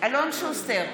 אלון שוסטר,